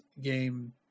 game